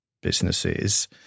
businesses